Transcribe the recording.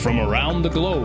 trail around the globe